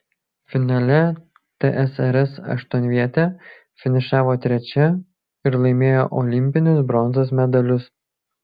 finale tsrs aštuonvietė finišavo trečia ir laimėjo olimpinius bronzos medalius